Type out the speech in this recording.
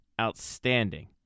outstanding